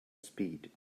speed